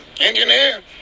engineer